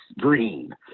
green